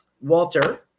Walter